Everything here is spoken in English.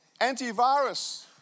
Antivirus